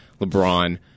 LeBron